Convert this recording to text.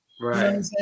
Right